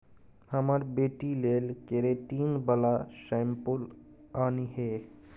हमर बेटी लेल केरेटिन बला शैंम्पुल आनिहे